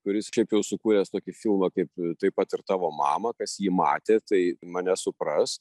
kuris šiaip jau sukūręs tokį filmą kaip taip pat ir tavo mamą kas jį matė tai mane supras